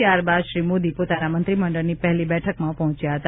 ત્યારબાદ શ્રી મોદી પોતાના મંત્રીમંડળની પહેલી બેઠકમાં પહોંચ્યા હતા